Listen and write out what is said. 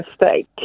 mistake